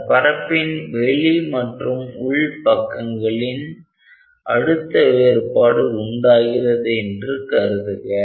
அந்த பரப்பின் வெளி மற்றும் உள் பக்கங்களில் அழுத்த வேறுபாடு உண்டாகிறது என்று கருதுக